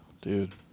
Dude